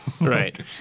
Right